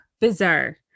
bizarre